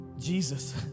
Jesus